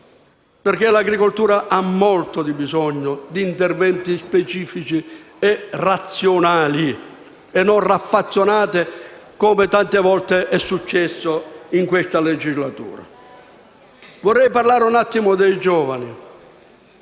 perché l'agricoltura ha molto bisogno di interventi specifici e razionali e non raffazzonati, come tante volte è successo in questa legislatura. Vorrei parlare dei giovani.